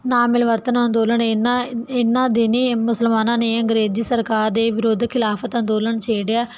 ਨਾ ਮਿਲਵਰਤਨਾ ਅੰਦੋਲਨ ਇਨਾ ਦਿਨ ਹੀ ਮੁਸਲਮਾਨਾਂ ਨੇ ਅੰਗਰੇਜ਼ੀ ਸਰਕਾਰ ਦੇ ਵਿਰੁੱਧ ਖਿਲਾਫਤ ਅੰਦੋਲਨ ਛੇੜਿਆ